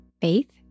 faith